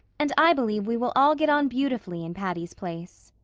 and i believe we will all get on beautifully in patty's place.